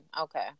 Okay